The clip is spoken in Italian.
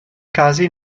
casi